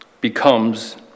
becomes